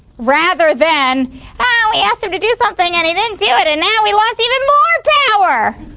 rather than we asked him to do something and he didn't do it and now he lost even more power,